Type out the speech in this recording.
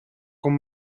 con